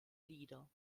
lieder